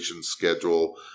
schedule